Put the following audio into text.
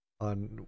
on